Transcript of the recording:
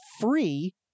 free